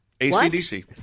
ACDC